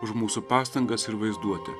už mūsų pastangas ir vaizduotę